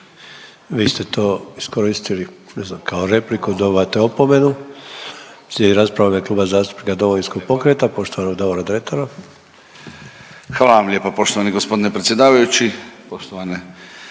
Vi ste to iskoristili kao repliku, dobivate opomenu. Slijedi rasprava u ime Kluba zastupnika Domovinskog pokreta, poštovanog Davora Dretara. **Dretar, Davor (DP)** Hvala vam lijepa poštovani g. predsjedavajući, poštovane